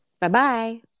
Bye-bye